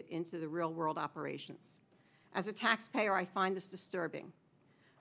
it into the real world operation as a taxpayer i find this disturbing